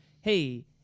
Hey